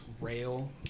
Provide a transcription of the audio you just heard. rail